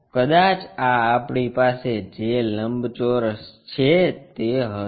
કદાચ આ આપણી પાસે જે લંબચોરસ છે તે હશે